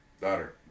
Daughter